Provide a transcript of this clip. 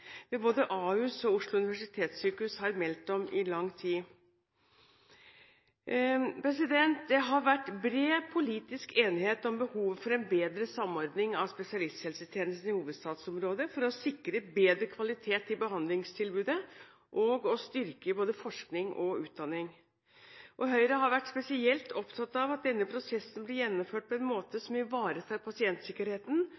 ved både Ahus og Oslo universitetssykehus – har meldt om i lang tid. Det har vært bred politisk enighet om behovet for en bedre samordning av spesialisthelsetjenesten i hovedstadsområdet for å sikre bedre kvalitet i behandlingstilbudet og å styrke både forskning og utdanning. Høyre har vært spesielt opptatt av at denne prosessen ble gjennomført på en måte